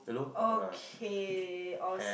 okay all